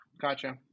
Gotcha